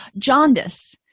Jaundice